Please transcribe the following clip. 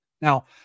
Now